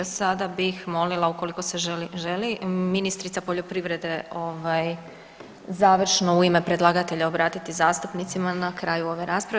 Sada bih molila ukoliko se želi ministrica poljoprivrede završno u ime predlagatelja obratiti zastupnicima na kraju ove rasprave.